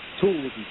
tools